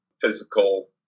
physical